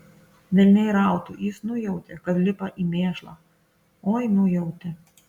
velniai rautų jis nujautė kad lipa į mėšlą oi nujautė